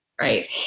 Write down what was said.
right